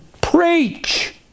preach